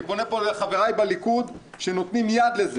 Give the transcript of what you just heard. אני פונה פה לחבריי בליכוד שנותנים לזה יד.